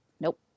Nope